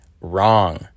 wrong